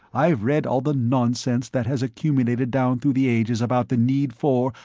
i've read all the nonsense that has accumulated down through the ages about the need for,